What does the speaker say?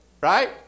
right